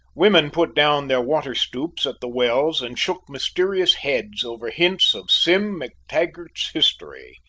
women put down their water-stoups at the wells and shook mysterious heads over hints of sim mactaggart's history.